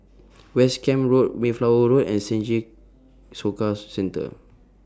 West Camp Road Mayflower Road and Senja Soka Centre